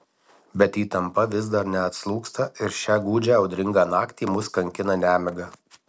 bet įtampa vis dar neatslūgsta ir šią gūdžią audringą naktį mus kankina nemiga